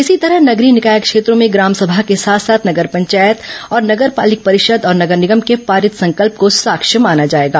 इसी तरह नगरीय निकाय क्षेत्रों में ग्राम सभा के साथ साथ नगर पंचायत और नगर पालिक परिषद और नगर निगम के पारित संकल्प को साक्ष्य माना जाएगा